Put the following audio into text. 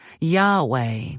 Yahweh